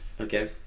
Okay